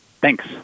Thanks